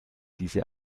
diese